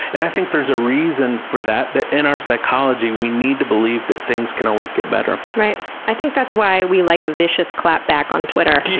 and i think there's a reason for that that in our psychology. we need to believe that things can always get better. right, i think that's why we like a vicious clapback on twitter.